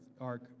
ark